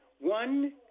one